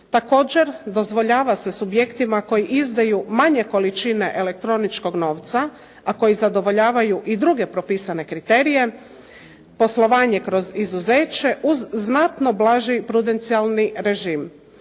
Također, dozvoljava se subjektima koji izdaju manje količine elektroničkog novca, a koji zadovoljavaju i druge propisane kriterije, poslovanje kroz izuzeće uz znatno blaži prudencijalni režim.